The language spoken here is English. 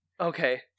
Okay